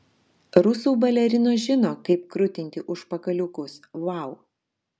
rusų balerinos žino kaip krutinti užpakaliukus vau